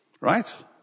Right